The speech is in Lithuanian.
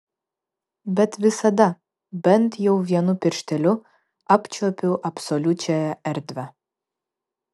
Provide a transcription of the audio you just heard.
bet visada bent jau vienu piršteliu apčiuopiu absoliučiąją erdvę